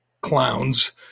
clowns